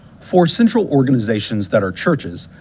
for central organizations that are churches,